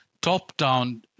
top-down